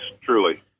truly